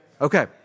Okay